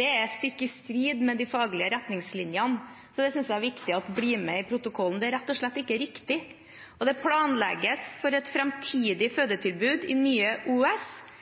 Det er stikk i strid med de faglige retningslinjene, så det syns jeg er viktig at blir med i protokollen. Det er rett og slett ikke riktig. Det planlegges for et framtidig